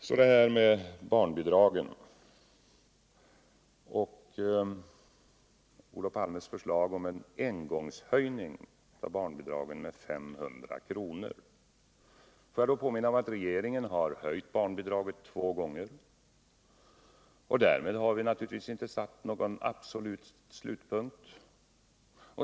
Så till barnbidragen och Olof Palmes förslag om ett engångsbelopp med 500 kr. Jag vill här påminna om att regeringen har höjt barnbidraget två gånger. Därmed har vi naturligtvis inte satt någon slutpunkt.